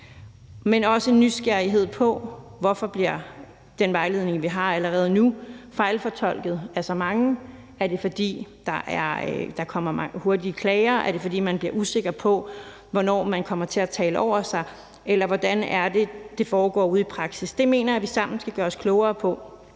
der er en nysgerrighed på, hvorfor den vejledning, vi allerede har nu, bliver fejlfortolket af så mange. Er det, fordi der kommer hurtige klager? Er det, fordi man bliver usikker på, hvornår man kommer til at tale over sig? Eller hvordan er det, det foregår ude i praksis? Det mener jeg vi sammen skal gøre os klogere på.